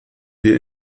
wir